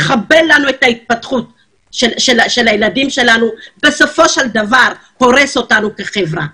מחבל לנו בהתפתחות של הילדים שלנו ובסופו של דבר הורס אותנו כחברה.